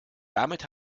damit